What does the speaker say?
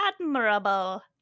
admirable